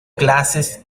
clases